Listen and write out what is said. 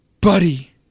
Buddy